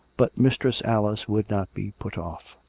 but mistress alice would not be put off.